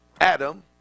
Adam